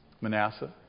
Manasseh